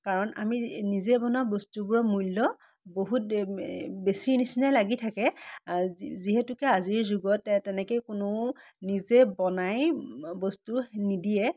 কাৰণ আমি নিজে বনোৱা বস্তুবোৰৰ মূল্য বহুত বেছি নিচিনাই লাগি থাকে যি যিহেতুকে আজিৰ যুগত তেনেকৈ কোনেও নিজে বনাই বস্তু নিদিয়ে